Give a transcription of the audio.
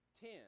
Ten